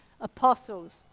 Apostles